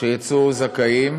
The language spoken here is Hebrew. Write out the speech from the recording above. שיצאו זכאים,